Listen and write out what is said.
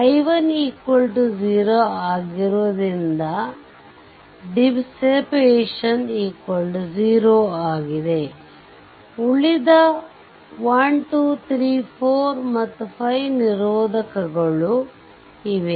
i1 0 ಆಗಿರುವುದರಿಂದ ವಿಘಟನೆ 0 ಆಗಿದೆ ಉಳಿದವು 1 2 3 4 ಮತ್ತು 5 ನಿರೋಧಕಗಳು ಇವೆ